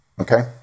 okay